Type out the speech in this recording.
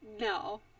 No